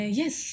yes